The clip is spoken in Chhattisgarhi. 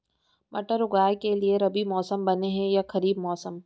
मटर उगाए के लिए रबि मौसम बने हे या खरीफ मौसम?